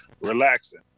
relaxing